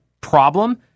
problem